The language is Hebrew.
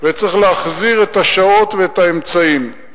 וצריך להחזיר את השעות ואת האמצעים.